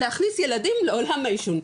להכניס ילדים לעולם העישון,